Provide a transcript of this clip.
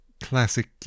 classic